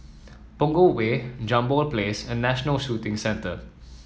Punggol Way Jambol Place and National Shooting Centre